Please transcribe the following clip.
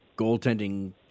goaltending